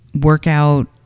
workout